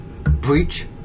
breach